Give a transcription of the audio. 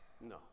No